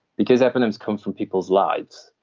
because eponyms comes from people's lives,